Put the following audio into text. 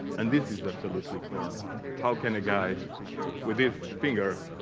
and this is absolutely porn how can a guy with this finger